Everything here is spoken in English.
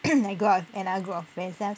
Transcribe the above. I go out with another group of friends then after